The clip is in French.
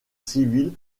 civil